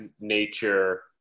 nature